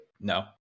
No